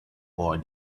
boy